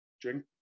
drink